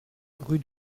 rue